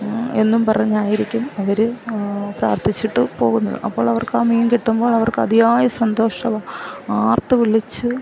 എന്നും പറഞ്ഞായിരിക്കും അവർ പ്രാർത്ഥിച്ചിട്ട് പോകുന്നത് അപ്പോൾ അവർക്ക് ആ മീൻ കിട്ടുമ്പോൾ അവർക്ക് അതിയായ സന്തോഷവും ആർത്തു വിളിച്ച്